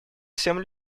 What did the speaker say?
всем